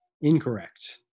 Incorrect